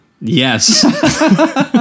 Yes